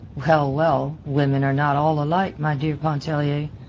well, well women are not all alike, my dear pontellier.